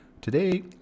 Today